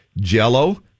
Jell-O